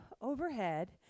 overhead